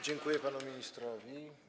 Dziękuję panu ministrowi.